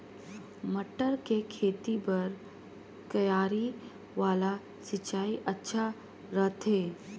मटर के खेती बर क्यारी वाला सिंचाई अच्छा रथे?